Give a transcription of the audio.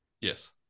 Yes